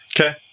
Okay